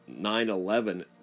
9-11